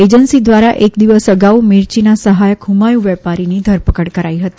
agency દ્વારા એક દિવસ અગાઉ મિર્ચીના સહાયક હ્માયુ વેપારીની ધરપકડ કરાઈ હતી